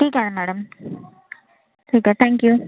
ठीक आहे मॅडम ठीक आहे थँक यू